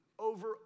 Over